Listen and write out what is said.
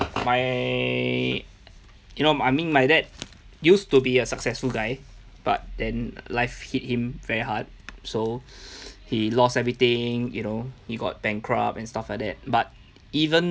my you know I mean my dad used to be a successful guy but then life hit him very hard so he lost everything you know he got bankrupt and stuff like that but even